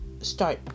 start